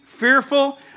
fearful